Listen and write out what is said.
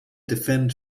defend